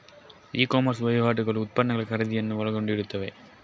E commerce ವಹಿವಾಟುಗಳು ಉತ್ಪನ್ನಗಳ ಖರೀದಿಯನ್ನು ಒಳಗೊಂಡಿರುತ್ತವೆ